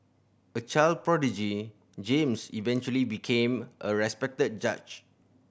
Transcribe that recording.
a child prodigy James eventually became a respected judge